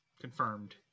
Confirmed